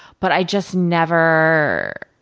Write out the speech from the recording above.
but, i just never